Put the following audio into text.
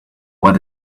what